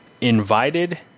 invited